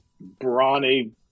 brawny